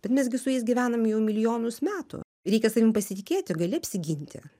bet mes gi su jais gyvenam jau milijonus metų reikia savimi pasitikėti gali apsiginti